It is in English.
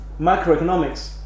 macroeconomics